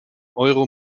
euro